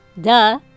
duh